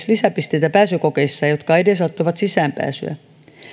lisäpisteitä jotka edesauttavat sisäänpääsyä